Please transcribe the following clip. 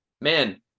man